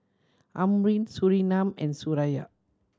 Amrin Surinam and Suraya